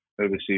overseas